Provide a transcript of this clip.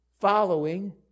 following